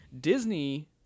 Disney